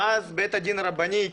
ואז בית הדין הרבני,